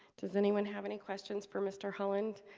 does anyone have any questions for mr. holland?